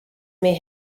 may